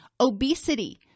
Obesity